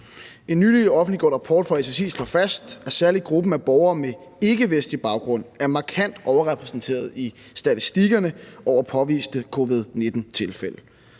En nylig offentliggjort rapport fra SSI slår fast, at særlig gruppen af borgere med ikkevestlig baggrund er markant overrepræsenteret i statistikkerne over påviste covid-19-tilfælde.